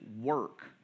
work